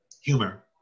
humor